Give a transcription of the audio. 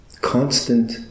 constant